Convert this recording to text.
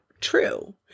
true